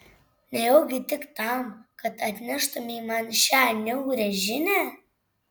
nejaugi tik tam kad atneštumei man šią niaurią žinią